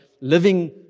living